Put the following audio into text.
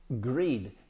greed